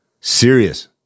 serious